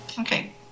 Okay